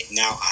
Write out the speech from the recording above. now